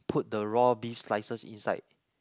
put the raw beef slices inside